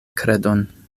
kredon